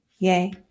Yay